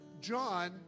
John